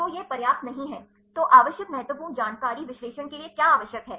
तो यह पर्याप्त नहीं है तो आवश्यक महत्वपूर्ण जानकारी विश्लेषण के लिए क्या आवश्यक है